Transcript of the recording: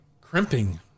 Crimping